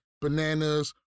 Bananas